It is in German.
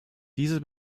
diese